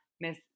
Miss